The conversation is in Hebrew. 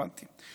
הבנתי.